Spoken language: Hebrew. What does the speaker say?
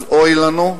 אז אבוי לנו.